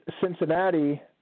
Cincinnati